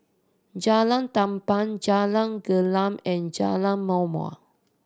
Jalan Tamban Jalan Gelam and Jalan Ma'mor